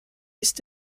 ist